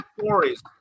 stories